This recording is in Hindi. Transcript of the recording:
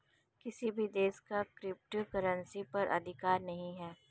किसी भी देश का क्रिप्टो करेंसी पर अधिकार नहीं है